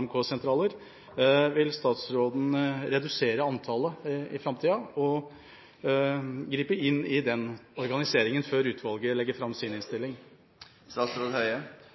AMK-sentraler. Vil statsråden redusere antallet i framtida og gripe inn i den organiseringen før utvalget legger fram sin innstilling?